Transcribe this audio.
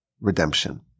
redemption